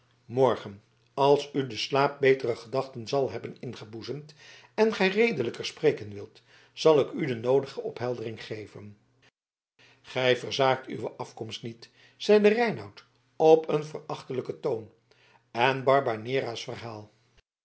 morgen als u de slaap betere gedachten zal hebben ingeboezemd en gij redelijker spreken wilt zal ik u de noodige opheldering geven gij verzaakt uw afkomst niet zeide reinout op een verachtelijken toon en barbanera's verhaal